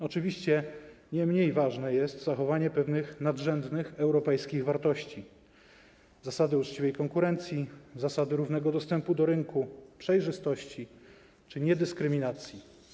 Oczywiście nie mniej ważne jest zachowanie pewnych nadrzędnych europejskich wartości: zasady uczciwej konkurencji, zasady równego dostępu do rynku, przejrzystości czy niedyskryminacji.